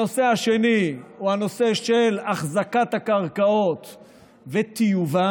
הנושא השני הוא הנושא של החזקת הקרקעות וטיובן.